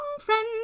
friend